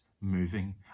moving